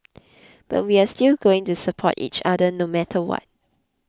but we are still going to support each other no matter what